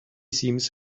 seems